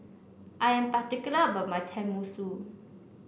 I am particular about my Tenmusu